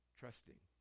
trusting